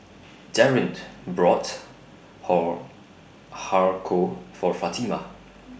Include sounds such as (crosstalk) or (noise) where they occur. Darin (noise) brought Hor Har Kow For Fatima